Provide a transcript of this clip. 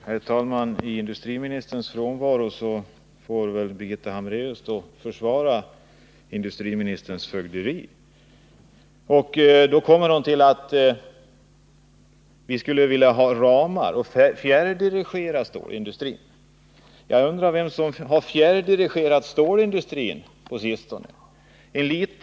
Herr talman! I industriministerns frånvaro får väl Birgitta Hambraeus försvara industriministerns fögderi. Hon säger att vi vill ha ramar för att fjärrdirigera stålindustrin. Men jag undrar vem det är som har fjärrdirigerat stålindustrin på sistone.